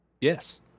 Yes